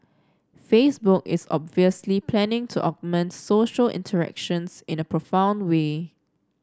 Facebook is obviously planning to augment social interactions in a profound way